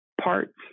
parts